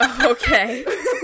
Okay